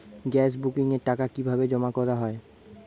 Gas বুকিংয়ের টাকা কিভাবে জমা করা হয়?